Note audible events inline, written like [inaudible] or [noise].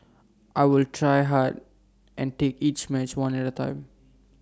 [noise] I will try hard and take each match one at A time